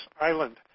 Island